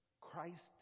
Christ